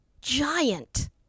giant